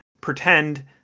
pretend